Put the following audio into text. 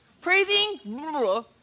Praising